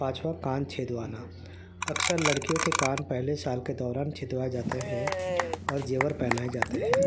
پانچواں کان چھیدوانا اکثر لڑکیوں کے کان پہلے سال کے دوران چھیدوائے جاتا ہے اور زیور پہنائے جاتے ہیں